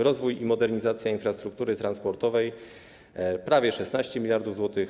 Rozwój i modernizacja infrastruktury transportowej - prawie 16 mld zł.